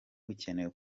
bukenewe